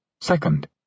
Second